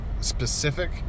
specific